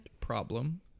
problem